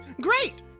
Great